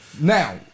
Now